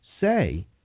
say